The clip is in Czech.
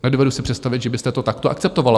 Nedovedu si představit, že byste to takto akceptovala.